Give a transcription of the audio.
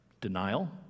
Denial